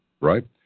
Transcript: right